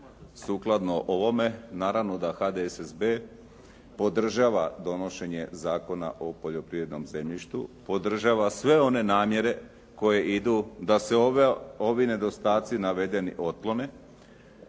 sukladno ovome naravno da HDSSB podržava donošenje Zakona o poljoprivrednom zemljištu, podržava sve one namjere koje idu da se ovi nedostaci navedeni otklone